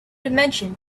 dimension